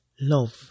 love